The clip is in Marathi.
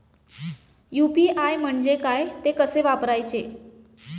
यु.पी.आय म्हणजे काय, ते कसे वापरायचे?